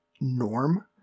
norm